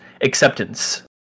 acceptance